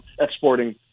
exporting